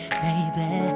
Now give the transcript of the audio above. baby